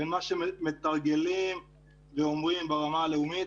בין מה שמתרגלים ואומרים ברמה הלאומית